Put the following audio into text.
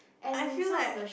I feel like